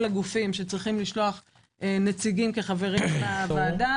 הגופים שצריכים לשלוח נציגים כחברים בוועדה.